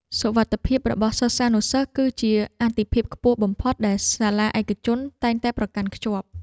សុវត្ថិភាពរបស់សិស្សានុសិស្សគឺជាអាទិភាពខ្ពស់បំផុតដែលសាលាឯកជនតែងតែប្រកាន់ខ្ជាប់។